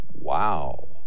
Wow